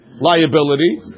liability